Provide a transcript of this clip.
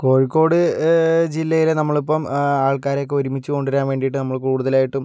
കോഴിക്കോട് ജില്ലയില് നമ്മളിപ്പം ആൾക്കാരെയൊക്കെ ഒരുമിച്ച് കൊണ്ടുവരാൻ വേണ്ടിയിട്ട് നമ്മൾ കൂടുതലായിട്ടും